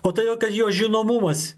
o todėl kad jo žinomumas